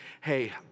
hey